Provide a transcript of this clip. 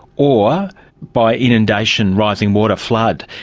or by inundation, rising water, flood,